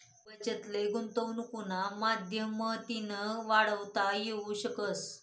बचत ले गुंतवनुकना माध्यमतीन वाढवता येवू शकस